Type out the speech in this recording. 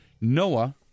Noah